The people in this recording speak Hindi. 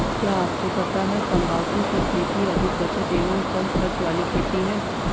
क्या आपको पता है तम्बाकू की खेती अधिक बचत एवं कम खर्च वाली खेती है?